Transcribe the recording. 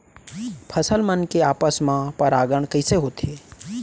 फसल मन के आपस मा परागण कइसे होथे?